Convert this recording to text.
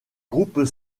groupes